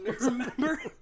Remember